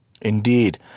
Indeed